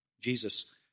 Jesus